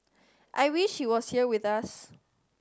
I wish he was here with us